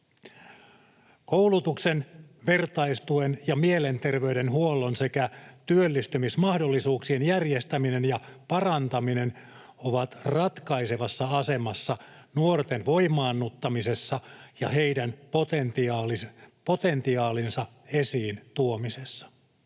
Koulutuksen, vertaistuen ja mielenterveyshuollon sekä työllistymismahdollisuuksien järjestäminen ja parantaminen ovat ratkaisevassa asemassa nuorten voimaannuttamisessa ja heidän potentiaalinsa esiin tuomisessa.